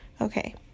Okay